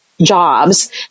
jobs